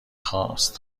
خواست